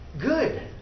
good